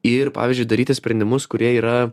ir pavyzdžiui daryti sprendimus kurie yra